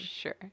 Sure